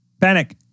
panic